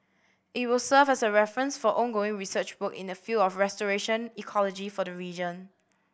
it will serve as a reference for ongoing research work in the field of restoration ecology for the region